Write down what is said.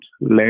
let